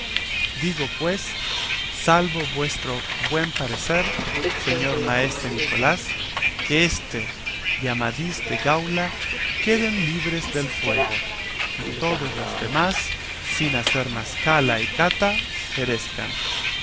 digo pues salvo vuestro buen parecer señor maese nicolás que éste y amadís de gaula queden libres del fuego y todos los demás sin hacer más cala y cata perezcan